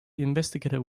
investigative